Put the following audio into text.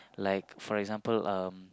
like for example um